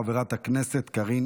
חברת הכנסת קארין